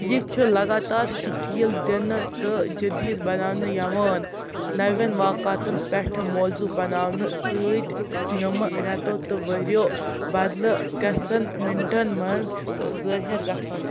یہِ چھُ لَگاتار شِکیٖل دِنہٕ تہٕ جٔدیٖد بناونہٕ یِوان نَوٮ۪ن واقاتن پٮ۪ٹھٕ موضوٗع بناونہٕ سۭتۍ یِمہٕ رٮ۪تو تہٕ ؤرِیو بدلہٕ كینٛژھن مِنٹَن منٛز تہٕ ظٲہِر گژھان